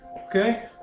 Okay